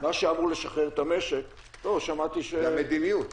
מה שאמור לשחרר את המשק --- זו המדיניות.